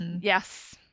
Yes